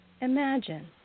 imagine